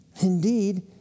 indeed